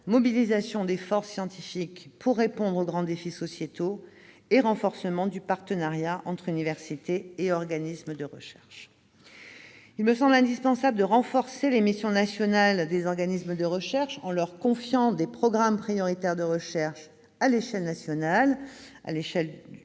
mobilisation des forces scientifiques pour répondre aux grands défis sociétaux et renforcement du partenariat entre universités et organismes de recherche. Il me semble indispensable de renforcer les missions nationales des organismes de recherche en leur confiant des programmes prioritaires de recherche à l'échelle nationale, à l'instar du